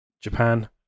Japan